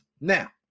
Now